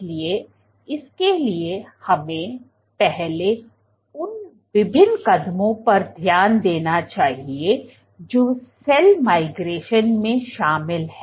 इसलिए इसके लिए हमें पहले उन विभिन्न कदमों पर ध्यान देना चाहिए जो सेल माइग्रेशन में शामिल हैं